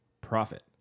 profit